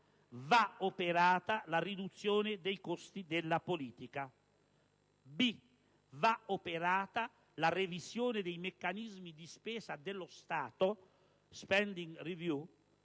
va operata la riduzione dei costi della politica, va operata la revisione dei meccanismi di spesa dello Stato